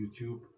YouTube